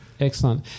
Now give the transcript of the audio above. Excellent